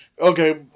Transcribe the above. Okay